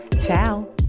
Ciao